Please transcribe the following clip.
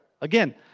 Again